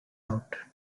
out